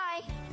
Bye